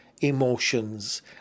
emotions